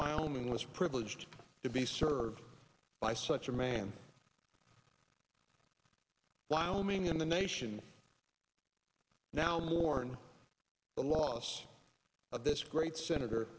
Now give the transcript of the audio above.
wyoming was privileged to be served by such a man wyoming and the nation now mourn the loss of this great senator